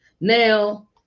Now